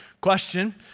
question